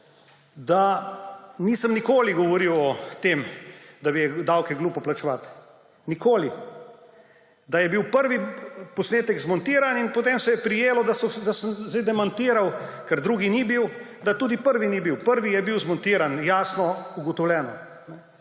da nisem nikoli govoril o tem, da je davke glupo plačevati. Nikoli. Da je bil prvi posnetek zmontiral in potem se je prijelo, da sem sedaj demantiral, ker drugi ni bil, da tudi prvi ni bil. Prvi je bil zmontiran, jasno ugotovljeno.